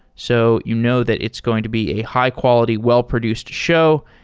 so you know that it's going to be a high-quality, well-produced show,